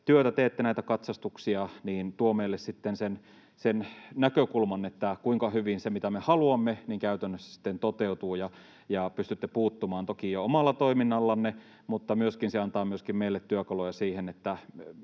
teette näitä katsastuksia, tuo meille sen näkökulman, kuinka hyvin se, mitä me haluamme, käytännössä sitten toteutuu. Te pystytte toki puuttumaan jo omalla toiminnallanne, mutta se myöskin antaa meille työkaluja vaikka